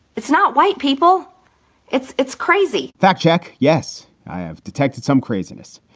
it's not white people it's it's crazy. fact check. yes, i have detected some craziness.